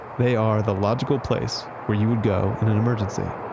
they are the logical place where you would go in an emergency.